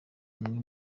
umwe